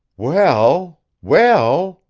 well! well!